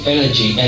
Energy